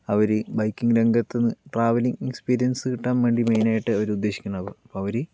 അവർ biking രംഗത്ത് travelling experience കിട്ടാൻ വേണ്ടി മെയ്നായിട്ട് അവർ ഉദ്ദേശിക്കുന്നുണ്ടാവുക അപ്പോൾ അവർ